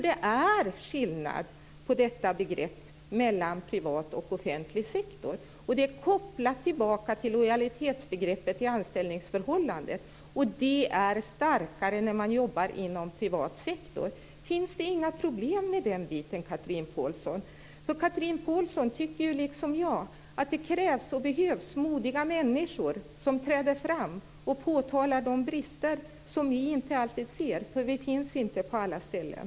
Det är skillnad på detta begrepp mellan privat och offentlig sektor. Den skillnaden är kopplad till lojalitetsbegreppet i anställningsförhållanden, och det är starkare när man jobbar i privat sektor. Finns det inga problem med den biten, Chatrine Pålsson? Chatrine Pålsson tycker liksom jag att det behövs modiga människor som träder fram och påtalar de brister som vi inte ser, eftersom vi inte alltid finns med på alla ställen.